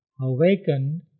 awakened